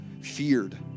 feared